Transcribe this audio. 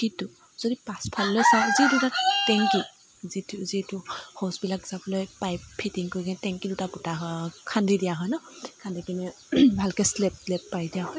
কিন্তু যদি পাছফাললৈ চায় যি দুটা টেংকী যিটো যিটো শৌচবিলাক যাবলৈ পাইপ ফিটিং কৰি কিনে টেংকী দুটা পোতা হয় খান্দি দিয়া হয় ন' খান্দি কিনে ভালকে শ্লেপ ত্লেপ পাৰি দিয়া হয়